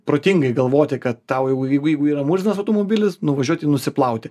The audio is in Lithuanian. protingai galvoti kad tau jau jeigu yra murzinas automobilis nuvažiuot jį nusiplauti